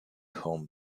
home